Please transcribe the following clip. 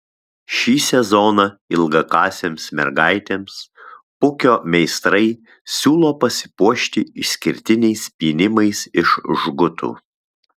šį sezoną ilgakasėms mergaitėms pukio meistrai siūlo pasipuošti išskirtiniais pynimais iš žgutų